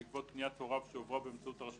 בעקבות פניית הוריו שהועברה באמצעות הרשות